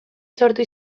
sortu